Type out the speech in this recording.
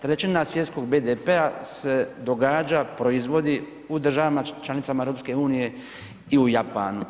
Trećina svjetskog BDP-a se događa, proizvodi u državama članicama EU i u Japanu.